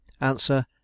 Answer